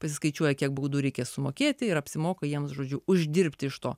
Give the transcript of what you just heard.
pasiskaičiuoja kiek būdų reikės sumokėti ir apsimoka jiems žodžiu uždirbti iš to